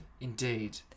Indeed